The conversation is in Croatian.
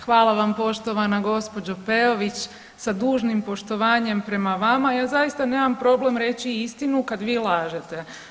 Hvala vam poštovana gospođo Peović, sa dužnim poštovanjem prema vama ja zaista nemam problem reći istinu kad vi lažete.